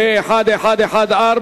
פ/1114,